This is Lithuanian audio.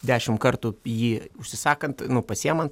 dešim kartų jį užsisakant nu pasiemant